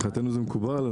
מבחינתנו זה מקובל.